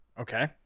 Okay